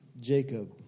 Jacob